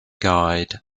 guide